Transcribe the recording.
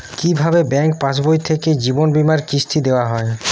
কি ভাবে ব্যাঙ্ক পাশবই থেকে জীবনবীমার কিস্তি দেওয়া হয়?